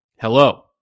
Hello